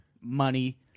money